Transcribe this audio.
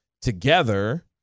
together